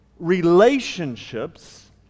relationships